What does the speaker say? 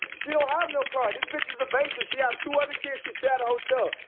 she don't have no car, this bitch is a baser, she have two other kids, she stayed at a hotel.